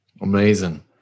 Amazing